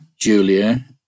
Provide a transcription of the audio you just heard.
Julia